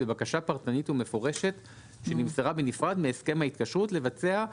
בבקשה פרטנית ומפורשת שנמסרה בנפרד להסכם ההתקשרות לבצע.